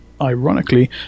Ironically